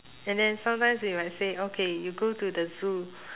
and then sometimes we might say okay you go to the zoo